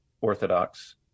orthodox